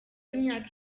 imyaka